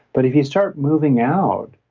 but if you start moving out,